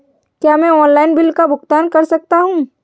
क्या मैं online bill का भुगतान कर सकता हूँ?